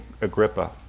Agrippa